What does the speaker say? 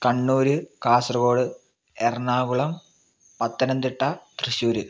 Kannur Kasaragod Ernakulam Pathanamthitta Thrissur